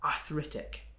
arthritic